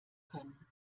können